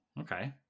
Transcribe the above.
okay